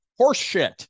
horseshit